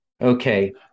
Okay